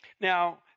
Now